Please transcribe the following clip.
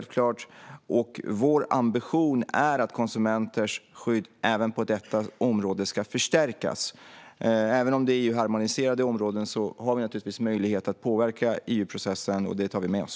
Vår ambition är att konsumenters skydd även på detta område ska förstärkas. Även om det är EU-harmoniserade områden har vi naturligtvis möjlighet att påverka EU-processen, och det tar vi med oss.